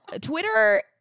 Twitter